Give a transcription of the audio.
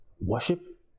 worship